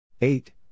eight